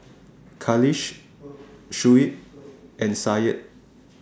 Khalish Shuib and Syed